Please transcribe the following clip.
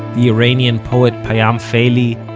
iranian poet payam feili,